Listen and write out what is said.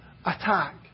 attack